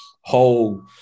whole